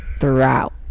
throughout